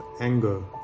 anger